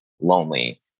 lonely